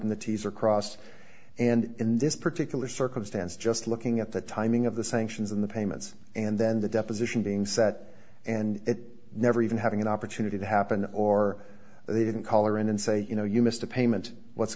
dotted the t s are crossed and in this particular circumstance just looking at the timing of the sanctions and the payments and then the deposition being set and it never even having an opportunity to happen or they didn't call or in and say you know you missed a payment what's